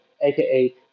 AKA